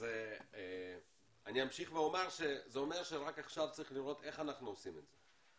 אני אמשיך ואומר שזה אומר שעכשיו צריך לראות איך אנחנו עושים את זה.